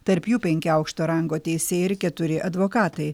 tarp jų penki aukšto rango teisėjai ir keturi advokatai